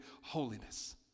Holiness